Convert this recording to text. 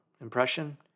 impression